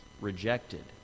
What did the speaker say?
rejected